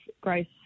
grace